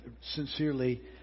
sincerely